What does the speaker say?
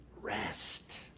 rest